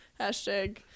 Hashtag